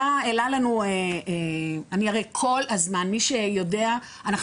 מי שיודע,